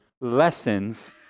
lessons